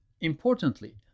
Importantly